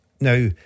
Now